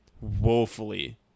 woefully